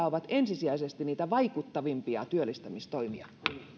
ovat ensisijaisesti niitä vaikuttavimpia työllistämistoimia